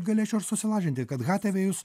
galėčiau ir susilažinti kad hatavėjus